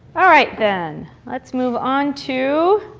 all right, then. let's move on to